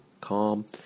calm